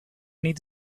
need